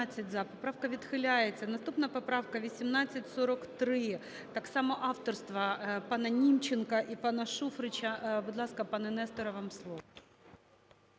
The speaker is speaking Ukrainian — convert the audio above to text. Поправка відхиляється. Наступна поправка 1843, так само авторства пана Німченка і пана Шуфрича. Будь ласка, пане Несторе, вам слово.